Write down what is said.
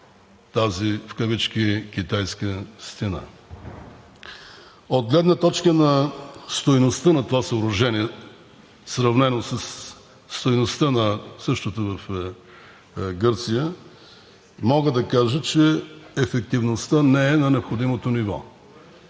тази в кавички китайска стена. От гледна точка на стойността на това съоръжение, сравнено със стойността на същото в Гърция, мога да кажа, че ефективността не е на необходимото ниво